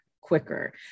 quicker